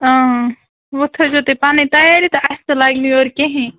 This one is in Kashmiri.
وۅنۍ تھٲوزیٚو تُہۍ پَنٕنۍ تَیٲری تہٕ اَسہِ تہِ لَگہِ نہٕ یورٕ کِہیٖنٛۍ